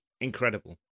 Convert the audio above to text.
incredible